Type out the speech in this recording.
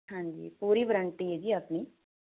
ਹਾਂਜੀ ਪੂਰੀ ਗਰੰਟੀ ਹੈ ਜੀ ਆਪਣੀ